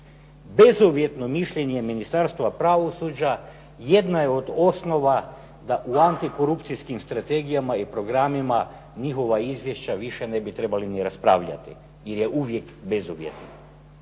Bezuvjetno mišljenje Ministarstva pravosuđa jedna je od osnova da u antikorupcijskim strategijama i programima njihova izvješća više ne bi trebali ni raspravljati, jer je uvijek bezuvjetno.